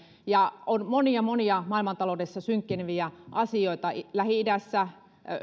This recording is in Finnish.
ja on monia monia maailmantaloudessa synkkeneviä asioita lähi idässä